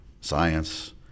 science